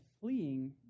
fleeing